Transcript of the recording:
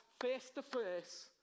face-to-face